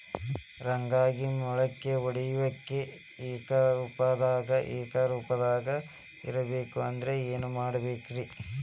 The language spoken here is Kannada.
ರಾಗ್ಯಾಗ ಮೊಳಕೆ ಒಡೆಯುವಿಕೆ ಏಕರೂಪದಾಗ ಇರಬೇಕ ಅಂದ್ರ ಏನು ಮಾಡಬೇಕ್ರಿ?